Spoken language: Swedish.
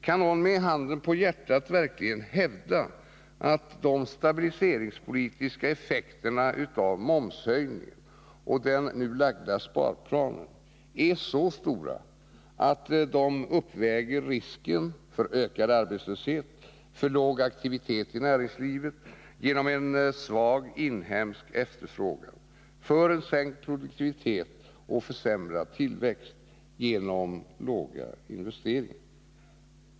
Kan någon med handen på hjärtat verkligen hävda att de stabiliseringspolitiska effekterna av momshöjningen och den nu framlagda sparplanen är så stora att de uppväger risken för ökad arbetslöshet, risken för låg aktivitet i näringslivet genom en svag inhemsk efterfrågan och risken för en sänkt produktivitet och försämrad tillväxt genom låga investeringar?